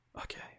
Okay